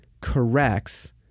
corrects